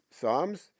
Psalms